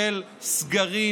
של סגרים,